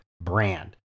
brand